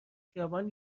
خیابان